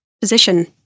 position